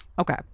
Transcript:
Okay